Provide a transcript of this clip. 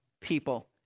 people